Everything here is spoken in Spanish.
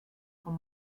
con